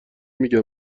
میگم